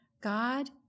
God